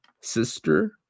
sister